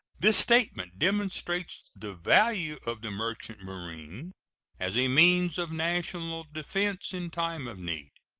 this statement demonstrates the value of the merchant marine as a means of national defense in time of need.